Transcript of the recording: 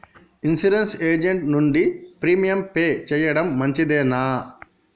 Insurance agent నుండి premium pay చేయడం మంచిదేనా?